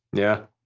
yeah.